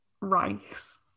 rice